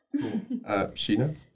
Sheena